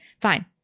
fine